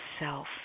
self